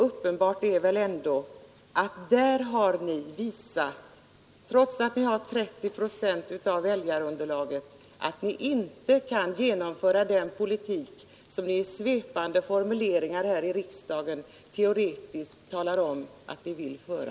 Uppenbart är väl ändå att ni där har visat att ni inte, trots att ni har 30 procent av väljarunderlaget, kan genomföra den politik som ni i svepande formuleringar här i riksdagen teoretiskt talar om att ni vill föra.